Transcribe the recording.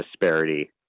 disparity